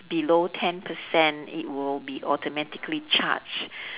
below ten percent it will be automatically charged